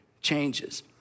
changes